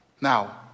Now